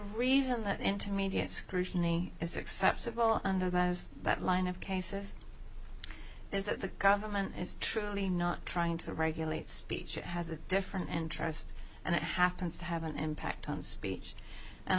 reason that intermediate scrutiny is acceptable and about that line of cases is that the government is truly not trying to regulate speech it has a different interest and it happens to have an impact on speech and